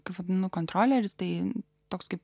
tai vadinu kontrole ir tai toks kaip